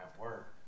work